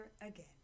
again